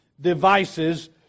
devices